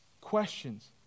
questions